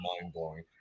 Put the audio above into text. mind-blowing